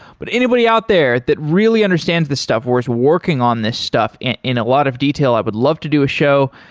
but anybody out there that really understands this stuff, or was working on this stuff in in a lot of detail i would love to do a show,